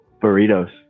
Burritos